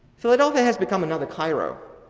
philadelphia has become another cairo,